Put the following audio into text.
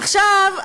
עכשיו,